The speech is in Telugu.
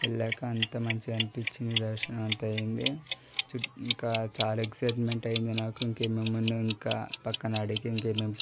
వెళ్ళాక అంతా మంచిగా అనిపించింది దర్శనం అంతా అయ్యింది చు ఇంకా చాలా ఎక్సైట్మెంట్ అయ్యింది నాకు ఇంకేమేం ఉన్నాయో ఇంకా పక్కన అడిగి ఇంకేమేం